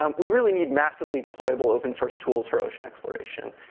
um we really need massively deployable open-source tools for ocean exploration.